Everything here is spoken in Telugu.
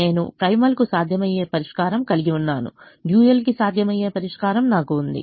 నేను ప్రైమల్కు సాధ్యమయ్యే పరిష్కారం కలిగి ఉన్నాను డ్యూయల్కి సాధ్యమయ్యే పరిష్కారం నాకు ఉంది